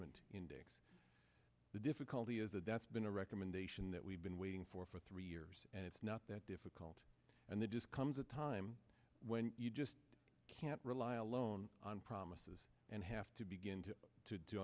ent index the difficulty is the debts been a recommendation that we've been waiting for for three years and it's not that difficult and they just comes a time when you just can't rely alone on promises and have to begin to do